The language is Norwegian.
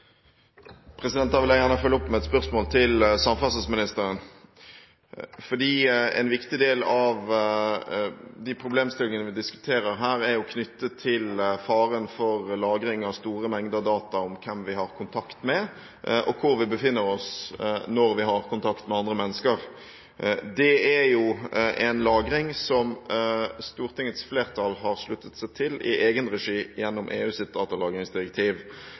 samferdselsministeren. En viktig del av de problemstillingene vi diskuterer her, er knyttet til faren ved lagring av store mengder data om hvem vi har kontakt med og hvor vi befinner oss når vi har kontakt med andre mennesker. Det er jo en lagring som Stortingets flertall har sluttet seg til i egen regi gjennom EUs datalagringsdirektiv.